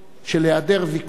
של היעדר ויכוח,